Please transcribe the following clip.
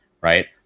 Right